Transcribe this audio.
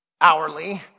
hourly